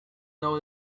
know